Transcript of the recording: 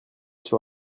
sur